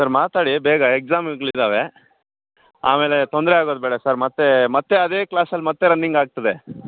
sir ಮಾತಾಡಿ ಬೇಗ ಎಕ್ಸಾಮ್ಗ್ಳಿದವೆ ಆಮೇಲೆ ತೊಂದರೆ ಆಗೋದು ಬೇಡ ಸರ್ ಮತ್ತೆ ಮತ್ತೆ ಅದೇ ಕ್ಲಾಸಲ್ಲಿ ಮತ್ತೆ ರನ್ನಿಂಗ್ ಆಗ್ತದೆ